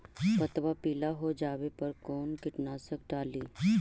पतबा पिला हो जाबे पर कौन कीटनाशक डाली?